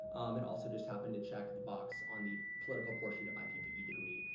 and also just happened to check the box on the political portion of my ppe degree,